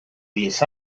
diez